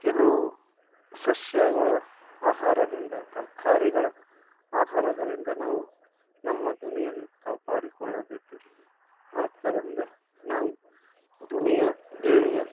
ಕೆಲವು ಸಸ್ಯಗಳ ಆಹಾರದಿಂದ ತರಕಾರಿಗಳ ಆಹಾರಗಳಿಂದ ನಾವು ನಮ್ಮ ಧ್ವನಿಯನ್ನು ಕಾಪಾಡಿಕೊಳ್ಳಬೇಕಿದೆ ಆದ್ದರಿಂದ ನಾವು ಧ್ವನಿಯ